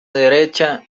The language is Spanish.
derecha